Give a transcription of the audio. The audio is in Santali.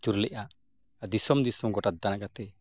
ᱟᱹᱪᱩᱨ ᱞᱮᱜᱼᱟ ᱫᱤᱥᱚᱢ ᱫᱤᱥᱚᱢ ᱜᱚᱴᱟ ᱫᱟᱬᱟ ᱠᱟᱛᱮᱫ